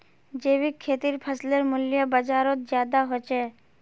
जैविक खेतीर फसलेर मूल्य बजारोत ज्यादा होचे